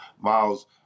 Miles